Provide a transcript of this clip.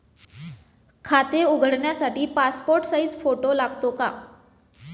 खाते उघडण्यासाठी passport size photo लागतो का?